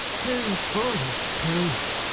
too full of proof.